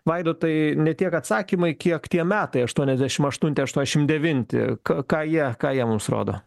vaidotai ne tiek atsakymai kiek tie metai aštuoniasdešimt aštunti aštuoniasdešimt devinti k ką jie ką jie mums rodo